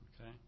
Okay